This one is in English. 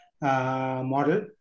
model